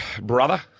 brother